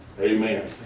amen